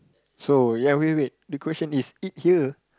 so ya wait wait wait the question is eat here